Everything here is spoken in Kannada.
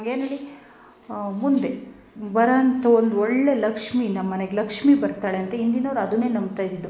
ಏನೇಳಿ ಮುಂದೆ ಬರೋಂಥ ಒಂದು ಒಳ್ಳೇ ಲಕ್ಷ್ಮೀ ನಮ್ಮ ಮನೆಗೆ ಲಕ್ಷ್ಮೀ ಬರ್ತಾಳೆಂತ ಹಿಂದಿನವ್ರ್ ಅದನ್ನೇ ನಂಬ್ತಾ ಇದ್ದಿದ್ದು